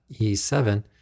E7